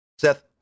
Seth